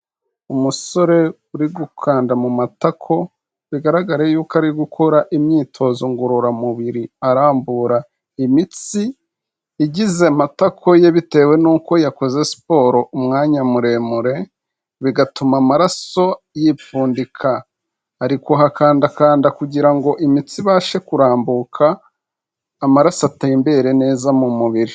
Umusore uri gukanda mu matako bigaraga y'uko ari gukora imyitozo ngororamubiri arambura imitsi igize amatakoye bitewe n'uko yakoze siporo umwanya muremure bigatuma amaraso yipfundika, ari kuhakandakanda kugira ngo imitsi ibashe kurambuka, amaraso atembere neza mu mubiri.